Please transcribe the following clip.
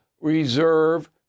reserve